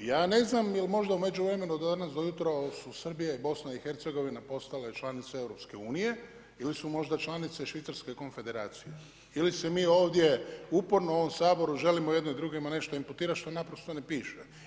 Ja ne znam jel' možda u međuvremenu od danas ujutro su Srbija i Bosna i Hercegovina postale članice EU ili su možda članice Švicarske konfederacije ili se mi ovdje uporno u ovom Saboru želimo jedni drugima nešto imputirati što naprosto ne piše.